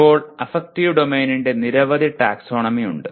ഇപ്പോൾ അഫക്റ്റീവ് ഡൊമെയ്നിന്റെ നിരവധി ടാക്സോണമി ഉണ്ട്